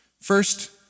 First